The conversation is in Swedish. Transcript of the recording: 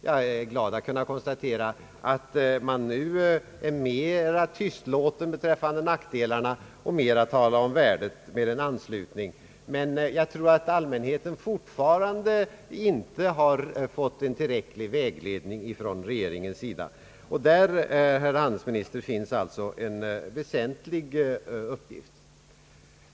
Jag är glad att kunna konstatera att man nu är mera tystlåten beträffande nackdelarna och mera talar om värdet av en anslutning. Men jag tror att allmänheten ännu inte har fått tillräcklig vägledning från regeringen. Där, herr handelsminister, finns alltså en väsentlig uppgift.